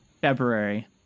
February